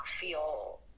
feel